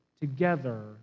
together